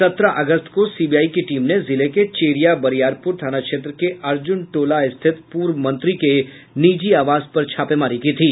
सत्रह अगस्त को सीबीआई की टीम ने जिले के चेरिया बरियारपुर थाना क्षेत्र के अर्जुन टोला स्थित पूर्व मंत्री के निजी आवास पर छापेमारी की थी